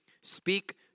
Speak